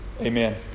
Amen